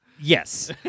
Yes